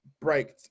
break